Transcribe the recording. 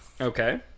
Okay